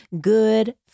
good